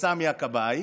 לסמי הכבאי